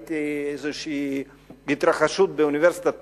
ראיתי איזו התרחשות באוניברסיטת תל-אביב,